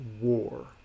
war